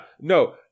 No